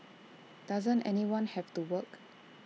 doesn't anyone have to work